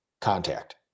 contact